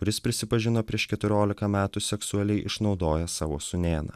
kuris prisipažino prieš keturiolika metų seksualiai išnaudojęs savo sūnėną